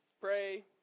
pray